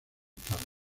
tarde